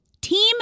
team